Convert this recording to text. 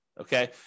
Okay